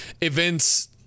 events